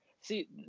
See